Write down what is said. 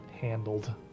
handled